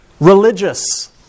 religious